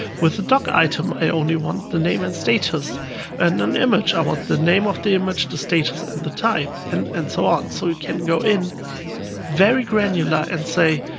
with the doc item, i only want the name and status and an image. i want the name of the image, the status, and the time, and and so on. so you can go in very granular and say